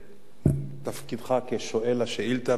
בתפקידך כשואל השאילתא,